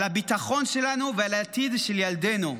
על הביטחון שלנו ועל העתיד של ילדינו.